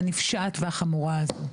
הנפשעת והחמורה הזאת.